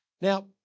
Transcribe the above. Now